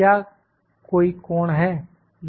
क्या कोई कोण है